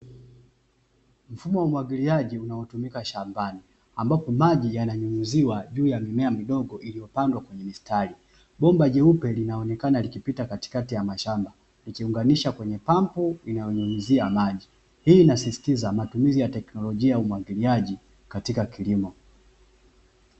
Mfumo wa umwagiliaji unaotumika shambani, ambapo maji yananyunyiziwa juu ya mimea (midogo) iliyopandwa kwenye mistari. Bomba (jeupe) linaonekana likipita katikati ya mashamba, likiunganisha kwenye pampu inayonyunyizia maji, hii inasisitiza matumizi ya teknolojia ya umwagiliaji katika kilimo.